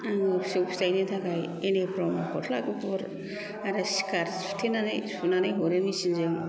आङो फिसौ फिसायनि थाखाय इउनिफ्रम गस्ला गुफुर आरो स्कार्ट सुथेनानै सुनानै हरो मेसिन जों